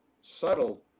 subtle